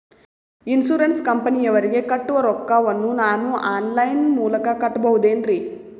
Insurance ಕಂಪನಿಯವರಿಗೆ ಕಟ್ಟುವ ರೊಕ್ಕ ವನ್ನು ನಾನು ಆನ್ ಲೈನ್ ಮೂಲಕ ಕಟ್ಟಬಹುದೇನ್ರಿ?